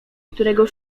którego